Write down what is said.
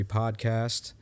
podcast